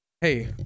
Hey